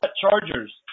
Chargers